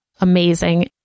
amazing